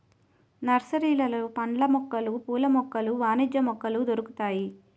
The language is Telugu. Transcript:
నర్సరీలలో పండ్ల మొక్కలు పూల మొక్కలు వాణిజ్య మొక్కలు దొరుకుతాయి